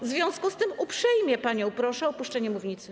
W związku z tym uprzejmie panią proszę o opuszczenie mównicy.